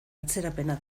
atzerapena